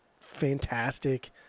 fantastic